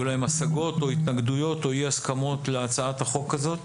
להם השגות או התנגדויות או אי-הסכמות להצעת החוק הזאת